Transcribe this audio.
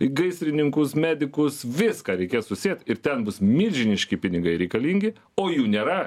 gaisrininkus medikus viską reikės susiet ir ten bus milžiniški pinigai reikalingi o jų nėra